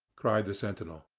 cried the sentinel.